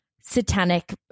satanic